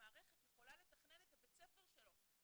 המערכת יכולה לתכנן את בית הספר שלו,